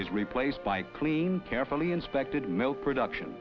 is replaced by clean carefully inspected milk production